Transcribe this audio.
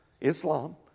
Islam